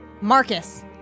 Marcus